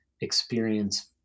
experience